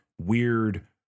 weird